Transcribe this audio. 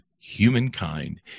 humankind